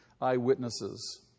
eyewitnesses